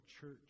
church